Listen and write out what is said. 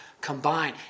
combine